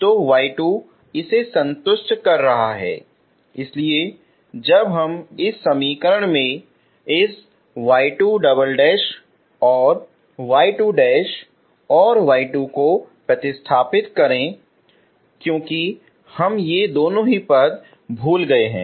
तो y2 इसे संतुष्ट कर रहा है इसलिए जब हम इस समीकरण में इस y2 और y2 और y2 को प्रतिस्थापित करें क्यूंकी हम ये दो पद भूल गए हैं